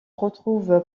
retrouve